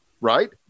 right